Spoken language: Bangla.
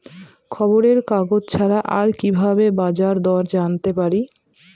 খবরের কাগজ ছাড়া আর কি ভাবে বাজার দর জানতে পারি?